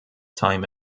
time